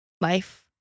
life